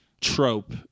trope